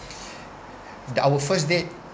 the our first date